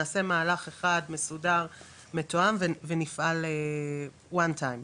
נעשה מהלך אחד מסודר ומתואם ונפעל בפעם אחת.